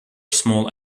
small